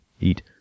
eat